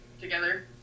together